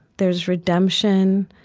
there's redemption.